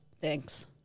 Thanks